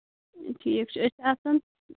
ٹھیٖک چھُ أسۍ آسان